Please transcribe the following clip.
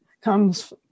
comes